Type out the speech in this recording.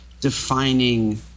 defining